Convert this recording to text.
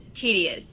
tedious